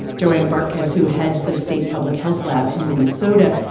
joanne bartkus, who heads the state public health lab in minnesota,